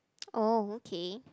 oh okay